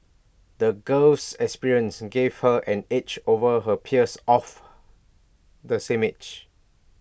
the girl's experiences gave her an edge over her peers of the same age